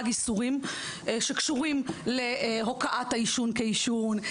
איסורים שקשורים להוקעת העישון כעישון,